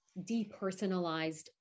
depersonalized